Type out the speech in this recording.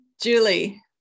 Julie